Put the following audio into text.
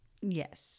Yes